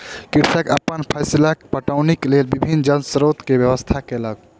कृषक अपन फसीलक पटौनीक लेल विभिन्न जल स्रोत के व्यवस्था केलक